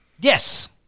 yes